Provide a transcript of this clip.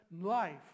life